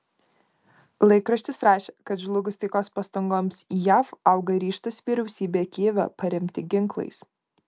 laikraštis rašė kad žlugus taikos pastangoms jav auga ryžtas vyriausybę kijeve paremti ginklais